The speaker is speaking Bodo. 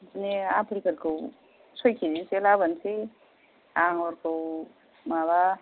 बिदिनो आफेलफोरखौ सय किजिसो लाबोनोसै आंगुरखौ माबासो